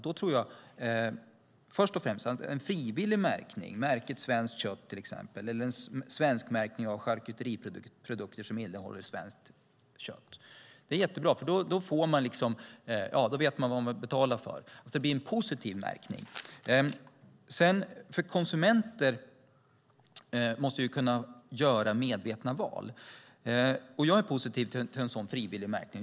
En frivillig märkning, till exempel märket Svenskt kött eller en svenskmärkning av charkuteriprodukter som innehåller svenskt kött, är jättebra. Då vet vi vad vi betalar för. Det blir en positiv märkning. Konsumenter måste kunna göra medvetna val. Jag är därför positiv till frivillig märkning.